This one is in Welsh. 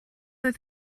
oedd